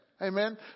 Amen